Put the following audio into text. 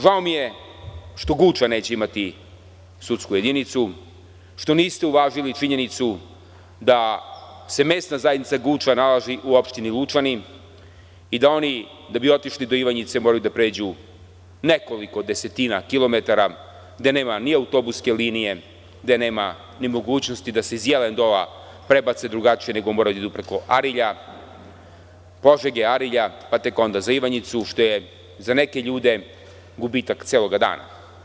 Žao mi je što Guča neće imati sudsku jedinicu, što niste uvažili činjenicu da se mesta zajednica Guča nalazi u opštini Lučani i da oni, da bi otišli do Ivanjice, moraju da pređu nekoliko desetina kilometara, gde nema ni autobuske linije, gde nema ni mogućnosti da se iz Jelendola prebace drugačije, nego moraju da idu preko Požege, Arilja, pa tek onda za Ivanjicu, što je za neke ljude gubitak celog dana.